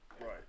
Right